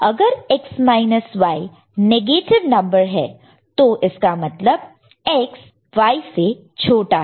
अगर X minus Y negative number है तो इसका मतलब X Y से छोटा है